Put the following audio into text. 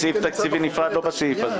בסעיף תקציבי נפרד, לא בסעיף הזה.